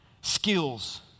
skills